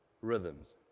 rhythms